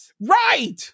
Right